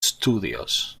studios